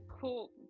cool